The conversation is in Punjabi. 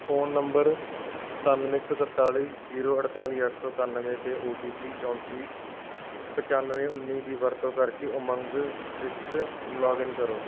ਫ਼ੋਨ ਨੰਬਰ ਸਤੱਨਵੇਂ ਇੱਕ ਸੌ ਤਰਤਾਈ ਜ਼ੀਰੋ ਅਠਤਾਲੀ ਅੱਠ ਸੌ ਇਕੱਨਵੇਂ ਅਤੇ ਓ ਟੀ ਪੀ ਚੌਂਤੀ ਪਚੱਨਵੇਂ ਉੱਨੀ ਦੀ ਵਰਤੋਂ ਕਰਕੇ ਉਮੰਗ ਵਿੱਚ ਲੌਗਇਨ ਕਰੋ